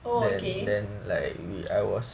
oh okay